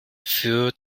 für